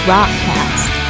Rockcast